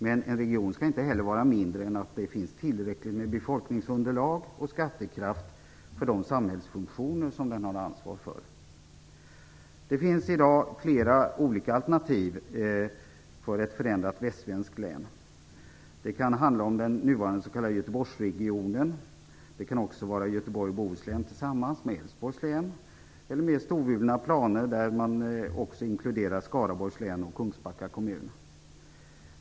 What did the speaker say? Men en region skall inte heller vara mindre än att det finns tillräckligt med befolkningsunderlag och skattekraft för de samhällsfunktioner som den har ansvar för. Det finns i dag flera olika alternativ för ett förändrat västsvenskt län. Den kan handla om den nuvarande s.k. Göteborgsregionen, det kan också vara Göteborg och Bohus län tillsammans med Älvsborgs län, eller mer storvulna planer där man också inkluderar Skaraborgs län och Kungsbacka kommun.